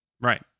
Right